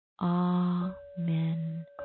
Amen